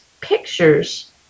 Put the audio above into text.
pictures